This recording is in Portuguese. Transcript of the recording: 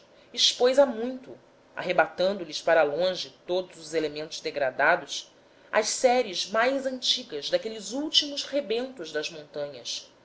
expôs há muito arrebatando lhes para longe todos os elementos degradados as séries mais antigas daqueles últimos rebentos das montanhas